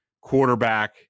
quarterback